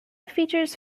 features